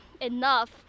enough